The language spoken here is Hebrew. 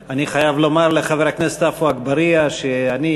אבל אני חייב לומר לחבר הכנסת עפו אגבאריה שאני,